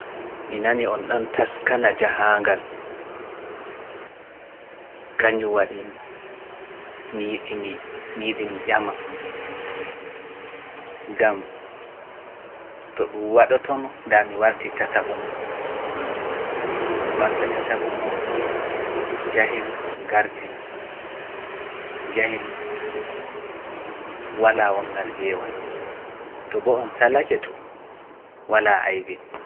mi nani on don taskana jahaangal kanjun wadi e mi yidi mi yama on, gam to on njabaino nda en tokkotiri mi warti tatabo mon, to on salake bo wala aibe